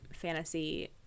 fantasy